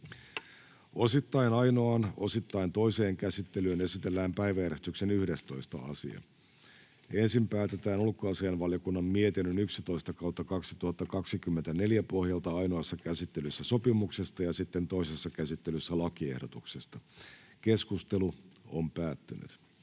Osittain ainoaan, osittain toiseen käsittelyyn esitellään päiväjärjestyksen 11. asia. Ensin päätetään ulkoasiainvaliokunnan mietinnön UaVM 11/2024 vp pohjalta ainoassa käsittelyssä sopimuksesta ja sitten toisessa käsittelyssä lakiehdotuksesta. [Speech 13]